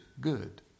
good